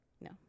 No